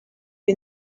you